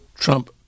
Trump